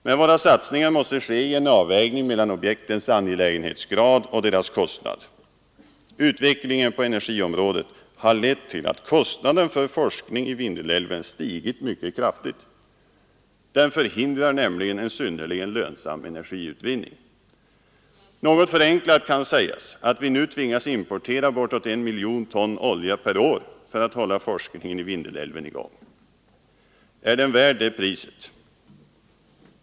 Men våra satsningar måste ske i en avvägning mellan objektens angelägenhetsgrad och deras kostnad. Utvecklingen på energiområdet har lett till att kostnaden för forskning i Vindelälven stigit mycket kraftigt. Den förhindrar nämligen en synnerligen lönsam energiutvinning. Något förenklat kan sägas att vi nutvingas importera bortåt en miljon ton olja per år för att hålla forskningen i Vindelälven i gång. Är den värd det priset?